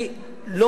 צריך מעקב.